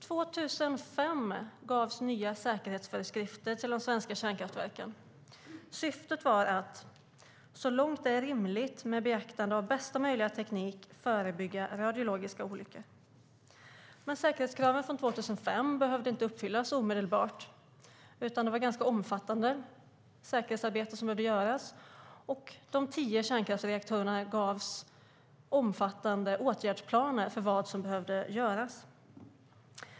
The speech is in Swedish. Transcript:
År 2005 gavs nya säkerhetsföreskrifter till de svenska kärnkraftverken. Syftet var att "så långt det är rimligt med beaktande av bästa möjliga teknik, förebygga radiologiska olyckor". Men säkerhetskraven från 2005 behövde inte uppfyllas omedelbart, utan det var ganska omfattande säkerhetsarbete som behöver göras. De tio kärnkraftsreaktorerna gavs omfattande åtgärdsplaner för vad som behövde göras.